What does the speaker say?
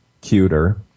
cuter